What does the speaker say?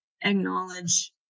acknowledge